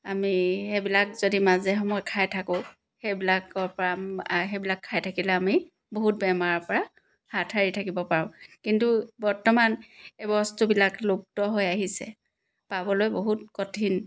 আমি সেইবিলাক যদি মাজে সময়ে খাই থাকোঁ সেইবিলাকৰপৰা সেইবিলাক খাই থাকিলে আমি বহুত বেমাৰৰ পৰা হাত সাৰি থাকিব পাৰোঁ কিন্তু বৰ্তমান এই বস্তুবিলাক লুপ্ত হৈ আহিছে পাবলৈ বহুত কঠিন